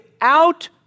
out